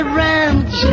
ranch